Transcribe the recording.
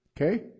Okay